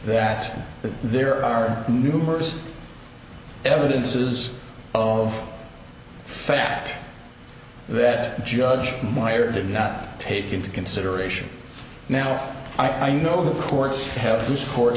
that there are numerous evidences of fact that judge meyer did not take into consideration now i know the courts have this court